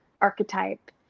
archetype